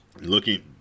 Looking